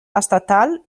estatal